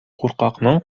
куркакның